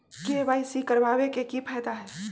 KYC करवाबे के कि फायदा है?